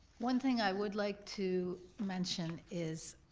one thing i would like to mention is,